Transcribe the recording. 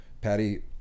Patty